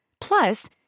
Plus